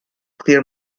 clear